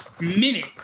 minute